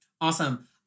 Awesome